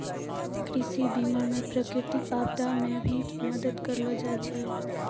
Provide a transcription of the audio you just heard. कृषि बीमा मे प्रकृतिक आपदा मे भी मदद करलो जाय छै